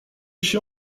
się